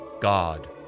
God